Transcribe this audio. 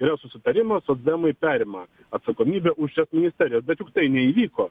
yra susitarimas socdemai perima atsakomybę už šias ministerijas bet juk tai neįvyko